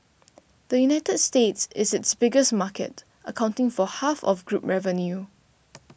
the United States is its biggest market accounting for half of group revenue